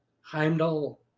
Heimdall